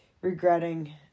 regretting